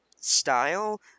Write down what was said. style